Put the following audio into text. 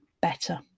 better